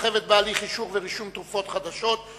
סחבת בהליך אישור ורישום של תרופות חדשות,